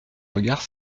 regard